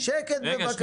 שקט, בבקשה.